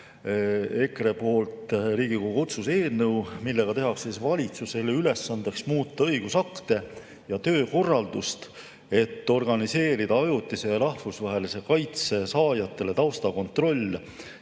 EKRE poolt üle Riigikogu otsuse eelnõu, millega tehakse valitsusele ülesandeks muuta õigusakte ja töökorraldust, et organiseerida ajutise ja rahvusvahelise kaitse saajatele taustakontroll